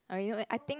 I think